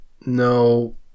No